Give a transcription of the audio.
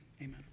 Amen